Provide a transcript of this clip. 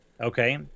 Okay